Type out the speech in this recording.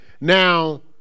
Now